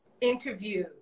interview